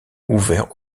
ouvert